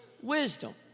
Wisdom